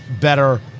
better